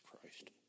Christ